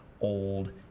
old